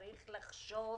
צרך לחשוב